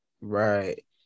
Right